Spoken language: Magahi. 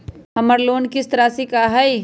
हमर लोन किस्त राशि का हई?